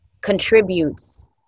contributes